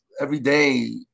everyday